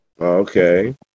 Okay